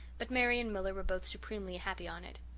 but mary and miller were both supremely happy on it.